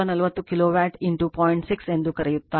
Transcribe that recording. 6 ಎಂದು ಕರೆಯುತ್ತಾರೆ